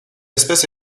espèce